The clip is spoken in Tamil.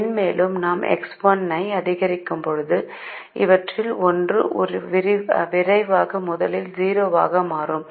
மென்மேலும் நாம் X1 ஐ அதிகரிக்கும்போது இவற்றில் ஒன்று விரைவாக முதலில் 0 ஆக மாறும்